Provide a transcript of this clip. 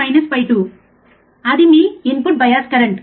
I B 2 అది మీ input bias current